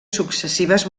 successives